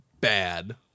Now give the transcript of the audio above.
bad